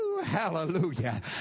Hallelujah